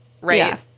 right